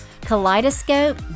Kaleidoscope